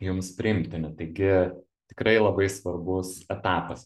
jums priimtini taigi tikrai labai svarbus etapas